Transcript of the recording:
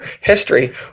history